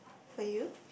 for you